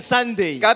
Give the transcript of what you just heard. Sunday